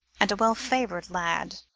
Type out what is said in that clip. and a well favoured lad,